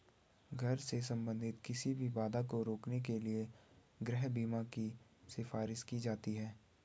घर से संबंधित किसी भी बाधा को रोकने के लिए गृह बीमा की सिफारिश की जाती हैं